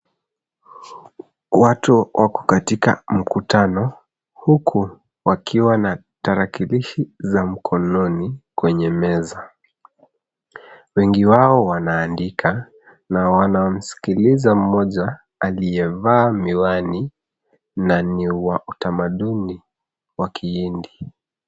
Watu wako katika mkutano, huku wakiwa na tarakilishi za mkononi kwenye meza. Wengi wao wanaandika na wanamskikiliza mmoja aliyevaa miwani na ni wa utamaduni wa kihindi.